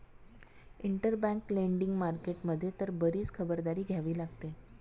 interbank lending market मध्ये तर बरीच खबरदारी घ्यावी लागते